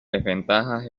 desventajas